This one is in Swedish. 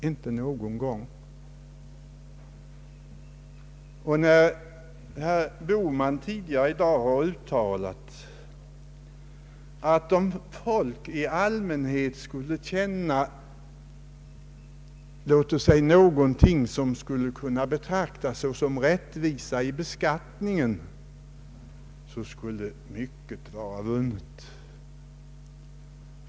Herr Bohman har tidigare i dag uttalat att om folk i allmänhet kunde uppfatta den beskattning, som de själva drabbas av såsom rättvis, skulle mycket vara vunnet.